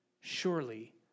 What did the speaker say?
Surely